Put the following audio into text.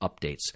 updates